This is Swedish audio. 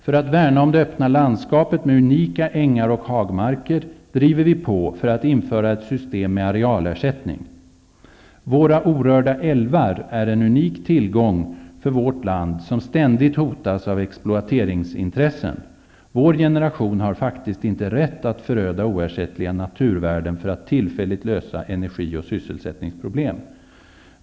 För att värna om det öppna landskapet med unika ängar och hagmarker driver vi på för att införa ett system med arealersättning. Våra orörda älvar är en unik tillgång för vårt land som ständigt hotas av exploateringsintressen. Vår generation har faktiskt inte rätt att föröda oersättliga naturvärden för att tillfälligt lösa energioch sysselsättningsproblem.